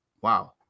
Wow